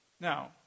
Now